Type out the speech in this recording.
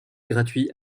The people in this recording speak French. gratuit